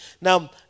Now